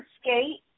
skate